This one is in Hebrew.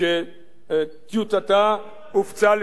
ושטיוטתה הופצה לפני חודשים אחדים,